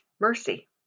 mercy